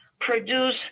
produce